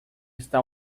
está